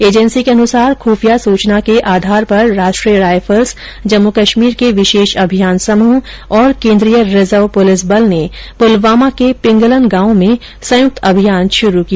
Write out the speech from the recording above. agency के अनुसार खुफिया सूचना के आधार पर राष्ट्रीय रायफल्स जम्मू कश्मीर के विशेष अभियान समूह और केन्द्रीय रिजर्व पुलिस बल ने पुलवामा के पिंगलन गांव में संयुक्त अभियान शुरू किया